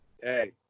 Hey